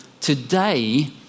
today